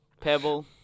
Pebble